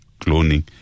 cloning